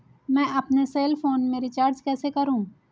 मैं अपने cell phone में रिचार्ज कैसे करूँ?